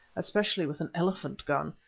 especially with an elephant gun,